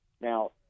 Now